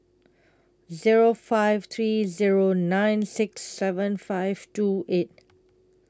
Zero five three Zero nine six seven five two eight